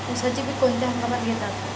उसाचे पीक कोणत्या हंगामात घेतात?